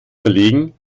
verlegen